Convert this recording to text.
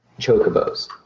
chocobos